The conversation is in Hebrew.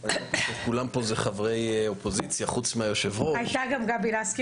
כולם פה חברי אופוזיציה חוץ מהיושבת-ראש -- הייתה כאן גם גבי לסקי.